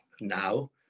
now